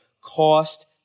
cost